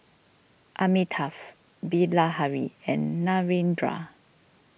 Amitabh Bilahari and Narendra